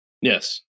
yes